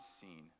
seen